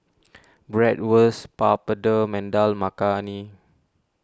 Bratwurst Papadum and Dal Makhani